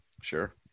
Sure